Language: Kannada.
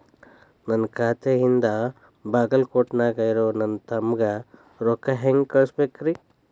ನನ್ನ ಖಾತೆಯಿಂದ ಬಾಗಲ್ಕೋಟ್ ನ್ಯಾಗ್ ಇರೋ ನನ್ನ ತಮ್ಮಗ ರೊಕ್ಕ ಹೆಂಗ್ ಕಳಸಬೇಕ್ರಿ?